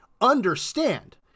understand